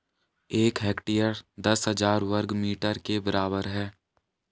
एक हेक्टेयर दस हजार वर्ग मीटर के बराबर है